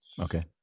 Okay